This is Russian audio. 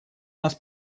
нас